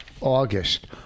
August